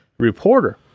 reporter